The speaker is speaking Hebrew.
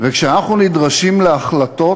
וכשאנחנו נדרשים להחלטות,